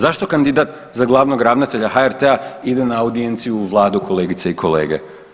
Zašto kandidat za Glavnog ravnatelja HRT-a ide na audijenciju u Vladu, kolegice i kolege?